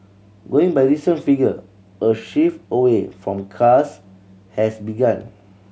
going by recent figure a shift away from cars has begun